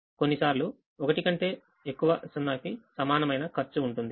కొన్నిసార్లు ఒకటి కంటే ఎక్కువ 0 కి సమానమైన ఖర్చు ఉంటుంది